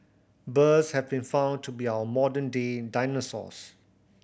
birds have been found to be our modern day dinosaurs